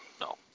No